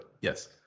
yes